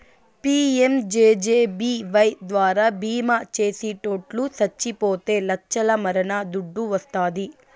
PMJJBY ద్వారా బీమా చేసిటోట్లు సచ్చిపోతే లచ్చల మరణ దుడ్డు వస్తాది